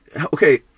Okay